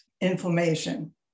inflammation